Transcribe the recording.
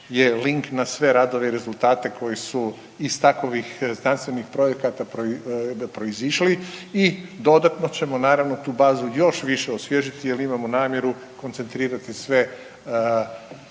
je link na sve radove i rezultate koji su iz takovih znanstvenih projekata proizišli i dodatno ćemo naravno tu bazu još više osvježiti jer imamo namjeru koncentrirati sve